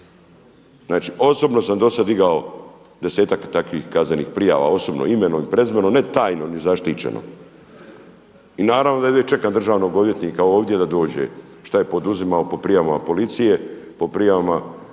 Znači osobno sam dosad digao desetak takvih kaznenih prijava osobno imenom i prezimenom ne tajno ni zaštićeno i naravno da jedva čekam državnog odvjetnika ovdje da dođe šta je poduzimao po prijavama policije, po prijavama,